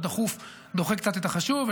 הדחוף דוחה קצת את החשוב,